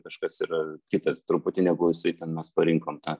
kažkas yra kitas truputį negu jisai ten mes parinkom tą